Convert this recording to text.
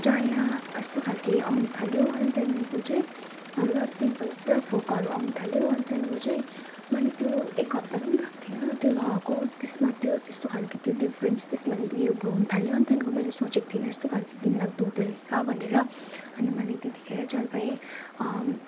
चाया कस्तो खाले आउन थाल्यो अनि त्यहाँको चाहिँ हल्का पिम्पल पुरा फोकाहरू आउन थाल्यो अनि त्यहाँको चाहिँ मैले त्यो एक हप्ता पनि भएको थिएन त्यो लगाएको त्यसमा त्यो त्यस्तो खाले त्यो डिफ्रेन्स त्यसमा उयो हुन थाल्यो अनि त्यहाँको मैले सोचेको थिइनँ यस्तो खाले घिन लाग्दो हुँदो रहेछ भनेर अन्त मैले त्यतिखेरै चाल पाएँ